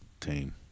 team